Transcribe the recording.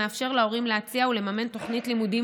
ומאפשר להורים להציע ולממן תוכנית לימודים